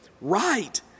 right